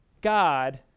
God